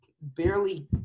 barely